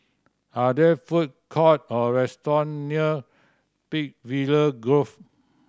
are there food court or restaurant near Peakville Grove